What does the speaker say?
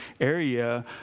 area